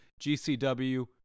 GCW